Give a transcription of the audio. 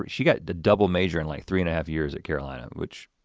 she got the double major in like three and a half years at carolina, which